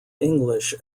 english